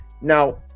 Now